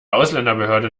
ausländerbehörde